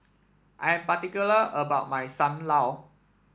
I'm particular about my Sam Lau